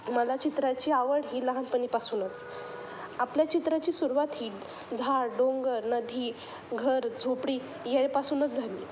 मला चित्राची आवड ही लहानपणीपासूनच आपल्या चित्राची सुरवात ही झाड डोंगर नदी घर झोपडी यापासूनच झाली